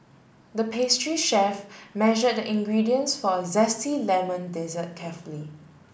the pastry chef measured the ingredients for a zesty lemon dessert carefully